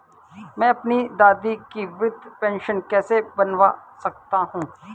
मैं अपनी दादी की वृद्ध पेंशन कैसे बनवा सकता हूँ?